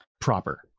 proper